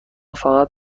فقط